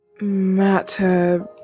matter